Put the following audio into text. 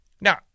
Now